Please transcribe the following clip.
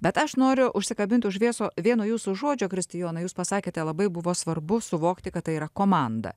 bet aš noriu užsikabint už vieso vieno jūsų žodžio kristijonai jūs pasakėte labai buvo svarbu suvokti kad tai yra komanda